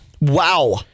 wow